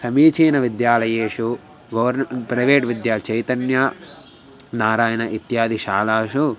समीचीनविद्यालयेषु गोर्न् प्रैवेट् विद्या चैतन्या नारायणः इत्यादिशालासु